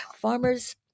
farmers